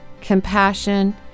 compassion